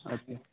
ଆଜ୍ଞା